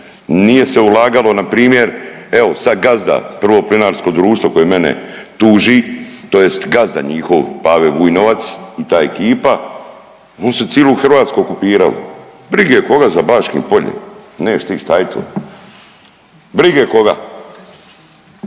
nije se ulagalo na primjer evo sad gazda Prvo plinarsko društvo koje mene tuži, tj. gazda njihov Pave Vujnovac i ta ekipa. Oni su cijelu Hrvatsku okupirali. Brige koga za Baškim poljem, neš' ti, šta je to? Brige koga.